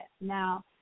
Now